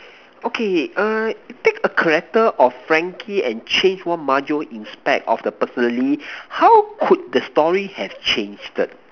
okay err take a character of Frankie and change one major inspect of the personally how could the story have changed